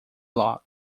log